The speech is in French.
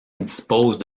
dispose